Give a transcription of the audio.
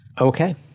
Okay